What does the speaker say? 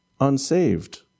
unsaved